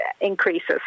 increases